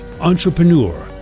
entrepreneur